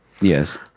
Yes